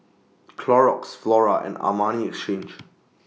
Clorox Flora and Armani Exchange